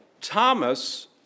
Thomas